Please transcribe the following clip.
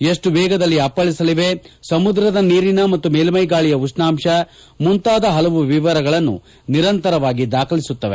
ಎಷ್ಟು ವೇಗದಲ್ಲಿ ಅಪ್ಪಳಸಲಿವೆ ಸಮುದ್ರದ ನೀರಿನ ಮತ್ತು ಮೇಲ್ಮೈಗಾಳಿಯ ಉಷ್ಣಾಂಶ ಮುಂತಾದ ಹಲವು ವಿವರಗಳನ್ನು ನಿರಂತರವಾಗಿ ದಾಖಲಿಸುತ್ತದೆ